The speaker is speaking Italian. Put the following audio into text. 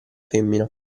femmina